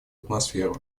атмосферу